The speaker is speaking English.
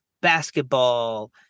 basketball